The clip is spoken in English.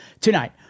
tonight